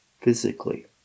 physically